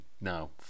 No